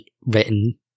written